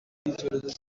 icyorezo